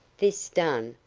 this done,